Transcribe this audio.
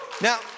Now